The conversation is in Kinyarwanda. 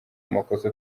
amakosa